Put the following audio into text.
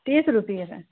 तीस रुपये का